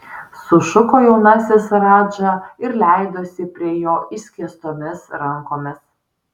sušuko jaunasis radža ir leidosi prie jo išskėstomis rankomis